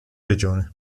regione